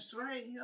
right